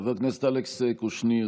חבר הכנסת אלכס קושניר,